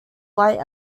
light